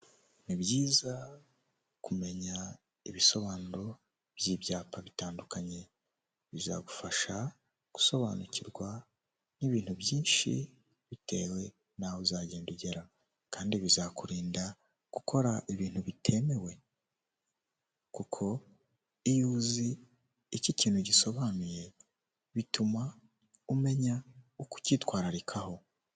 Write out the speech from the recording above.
Ni byiza kumenya ibisobanuro by'ibyapa bitandukanye, bizagufasha gusobanukirwa n'ibintu byinshi bitewe n'aho uzagenda ugera, kandi bizakuri gukora ibintu bitemewe kuko iyo uzi icyo ikintu gisobanuye bituma umenya uko ukitwararikaho.